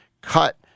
cut